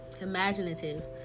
imaginative